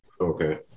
Okay